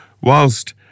whilst